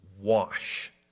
wash